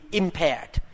impaired